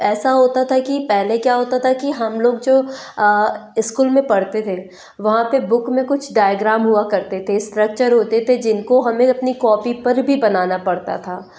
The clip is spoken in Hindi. ऐसा होता था कि पहले क्या होता था कि हम लोग जो स्कूल में पढ़ते थे वहाँ पर बुक में कुछ डायग्राम हुआ करते थे स्ट्रक्चर होते थे जिनको हमें अपनी कॉपी पर भी बनाना पड़ता था